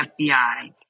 FBI